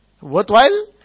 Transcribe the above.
worthwhile